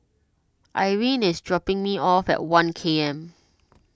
Irene is dropping me off at one K M